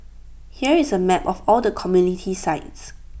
here is A map of all the community sites